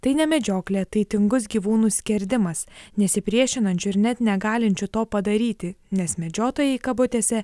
tai ne medžioklė tai tingus gyvūnų skerdimas nesipriešinančių ir net negalinčių to padaryti nes medžiotojai kabutėse